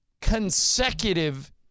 consecutive